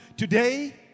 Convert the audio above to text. Today